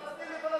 פלסטין לפלסטינים.